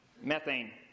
Methane